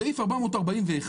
סעיף 441